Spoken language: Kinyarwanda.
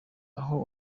aho